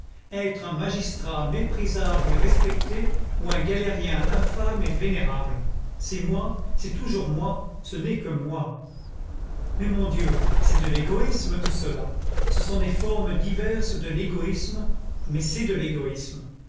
être un magistrat méprisable et respecté ou un galérien infâme et vénérable c'est moi c'est toujours moi ce n'est que moi mais mon dieu c'est de l'égoïsme tout cela ce sont des formes diverses de l'égoïsme mais c'est de l'égoïsme